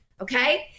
okay